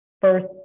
first